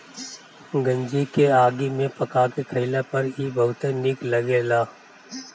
गंजी के आगी में पका के खइला पर इ बहुते निक लगेला